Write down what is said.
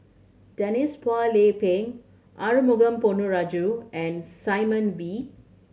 Denise Phua Lay Peng Arumugam Ponnu Rajah and Simon Wee